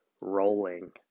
rolling